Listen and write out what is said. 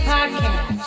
Podcast